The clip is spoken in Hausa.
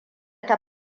ta